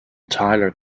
tyler